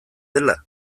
dela